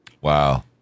Wow